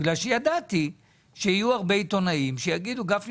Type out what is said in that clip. לא בגלל שידעתי שיהיו הרבה עיתונאים שיגידו: גפני